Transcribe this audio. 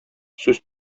сүз